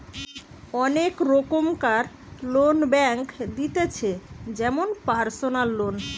অনেক রোকমকার loan bank দিতেছে যেমন পারসনাল লোন